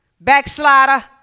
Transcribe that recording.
backslider